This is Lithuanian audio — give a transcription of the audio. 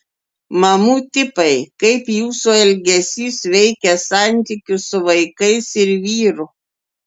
mamų tipai kaip jūsų elgesys veikia santykius su vaikais ir vyru